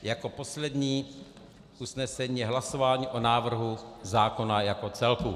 Jako poslední usnesení je hlasování o návrhu zákona jako celku.